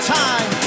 time